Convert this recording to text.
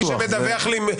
מי שמדווח לי,